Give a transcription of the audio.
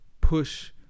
push